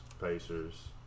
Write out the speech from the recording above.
Pacers